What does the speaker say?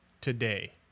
today